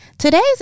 Today's